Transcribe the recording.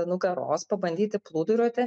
nugaros pabandyti plūduriuoti